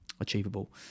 achievable